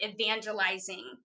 evangelizing